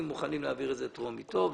אם מוכנים להעביר את זה טרומית, טוב.